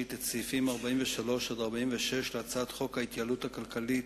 את סעיפים 43 46 להצעת חוק ההתייעלות הכלכלית